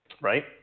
Right